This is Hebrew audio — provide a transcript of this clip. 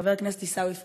חבר הכנסת עיסאווי פריג',